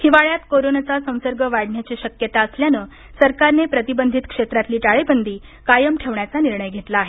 हिवाळ्यात कोरोनाचा संसर्ग वाढण्याची शक्यता असल्यानं सरकारने प्रतिबंधित क्षेत्रातली टाळेबंदी कायम ठेवण्याचा निर्णय घेतला आहे